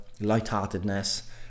lightheartedness